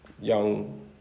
young